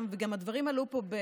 וגם הדברים עלו פה,